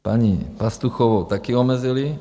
Paní Pastuchovou taky omezili.